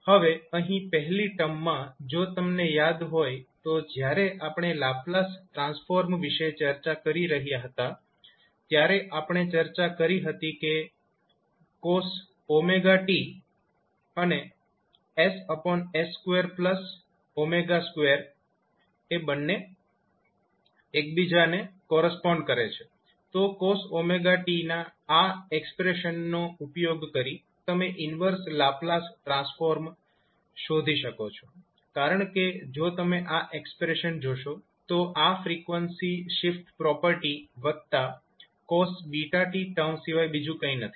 હવે અહીં પહેલી ટર્મમાં જો તમને યાદ હોય તો જયારે આપણે લાપ્લાસ ટ્રાન્સફોર્મ વિશે ચર્ચા કરી રહ્યા હતા ત્યારે આપણે ચર્ચા કરી હતી કે cos wt ss2w2 તો cos 𝑤𝑡 ના આ એક્સપ્રેશનનો ઉપયોગ કરી તમે ઈન્વર્સ લાપ્લાસ ટ્રાન્સફોર્મ શોધી શકો છો કારણ કે જો તમે આ એક્સપ્રેશન જોશો તો આ ફ્રીક્વન્સી શિફ્ટ પ્રોપર્ટી વત્તા cos βt ટર્મ સિવાય બીજું કંઈ નથી